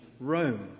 Rome